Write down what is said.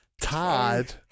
Todd